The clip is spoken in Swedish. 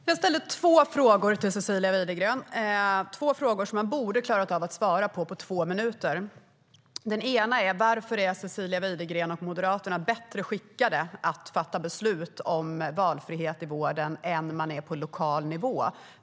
Fru talman! Jag ställde två frågor till Cecilia Widegren som hon borde ha kunnat klara av att besvara på två minuter. Den ena var: Varför är Cecilia Widegren och Moderaterna bättre skickade att fatta beslut om valfrihet i vården än man är på lokal nivå?